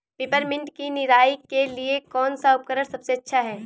Peppermint की निराई के लिए कौन सा उपकरण सबसे अच्छा है?